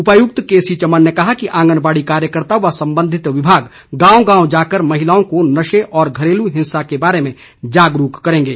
उपायुक्त K C Chaman ने कहा कि आंगनबाड़ी कार्यकर्त्ता व संबंधित विभाग गांव गांव जाकर महिलाओं को नशे व घरेलू हिंसा के बारे में जागरूक करेंगे